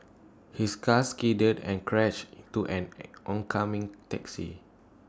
his car skidded and crashed to an oncoming taxi